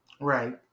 right